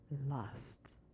lust